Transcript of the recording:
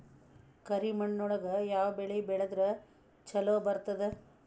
ಕರಿಮಣ್ಣೊಳಗ ಯಾವ ಬೆಳಿ ಬೆಳದ್ರ ಛಲೋ ಬರ್ತದ?